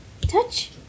Touch